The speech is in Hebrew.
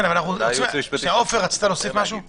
לפני כמאה שנה, אני בטוח שחלק מהאנשים מכירים,